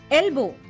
elbow